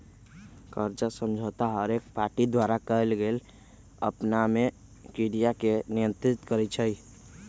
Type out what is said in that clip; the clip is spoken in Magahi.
कर्जा समझौता हरेक पार्टी द्वारा कएल गेल आपनामे क्रिया के नियंत्रित करई छै